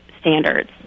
standards